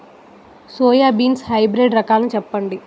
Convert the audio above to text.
Soybean hybrid రకాలను చెప్పండి?